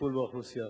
בטיפול באוכלוסייה.